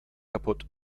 kapput